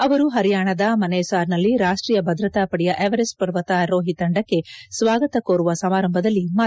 ಅವರು ಹರಿಯಾಣದ ಮನೇಸಾರ್ನಲ್ಲಿ ರಾಷ್ಟೀಯ ಭದ್ರತಾ ಪಡೆಯ ಎವರೆಸ್ಟ್ ಪರ್ವತಾರೋಹಿ ತಂಡಕ್ಕೆ ಸ್ವಾಗತ ಕೋರುವ ಸಮಾರಂಭದಲ್ಲಿ ಮಾತನಾಡುತ್ತಿದ್ದರು